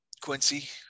Quincy